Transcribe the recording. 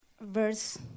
Verse